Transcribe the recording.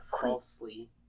falsely